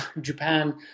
Japan